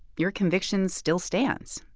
your conviction still stands.